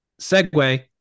segue